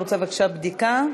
אתה רוצה בבקשה בדיקה?